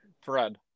Fred